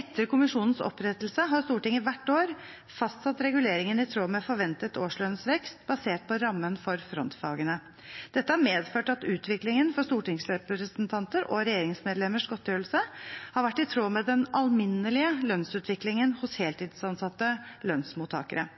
Etter kommisjonens opprettelse har Stortinget hvert år fastsatt reguleringen i tråd med forventet årslønnsvekst basert på rammen for frontfagene. Dette har medført at utviklingen for stortingsrepresentanters og regjeringsmedlemmers godtgjørelse har vært i tråd med den alminnelige lønnsutviklingen til heltidsansatte lønnsmottakere.